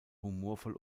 humorvoll